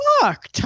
fuck